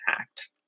Act